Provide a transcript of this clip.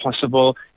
possible